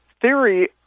theory